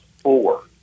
four